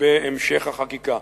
בהמשך החקיקה.